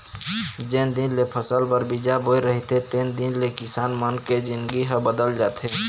जेन दिन ले फसल बर बीजा बोय रहिथे तेन दिन ले किसान मन के जिनगी ह बदल जाथे